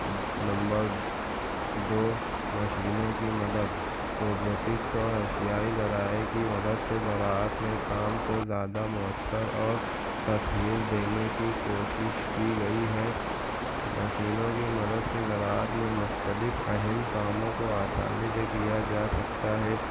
number دو مشینوں کی مدد روبوٹکس اور اشیائی ذرائع کی مدد سے زراعت میں کام کو زیادہ مؤثر اور تسہیل دینے کی کوشش کی گئی ہے مشینوں کی مدد سے زراعت میں مختلف اہم کاموں کو آسانی سے کیا جا سکتا ہے